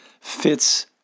fits